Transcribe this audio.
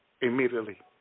immediately